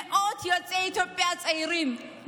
מאות יוצאי אתיופיה צעירים,